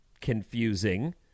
confusing